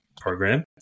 program